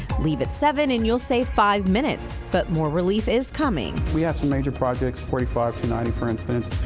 leave at seven and you'll save five minutes. but more relief is coming. we have some major projects, forty five to ninety, for instance.